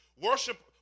Worship